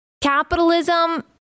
Capitalism